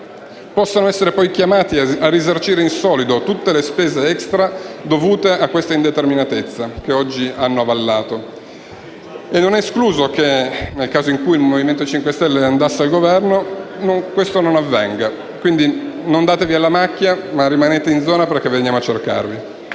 potessero essere poi chiamati a risarcire in solido tutte le spese *extra* dovute a questa indeterminatezza che oggi hanno avallato! E non è escluso che, nel caso in cui il Movimento 5 Stelle vada al Governo, questo non avvenga. Quindi, non datevi alla macchia, ma rimanete in zona, perché vi verremo a cercare.